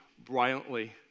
Brilliantly